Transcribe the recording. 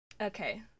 Okay